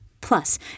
Plus